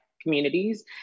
communities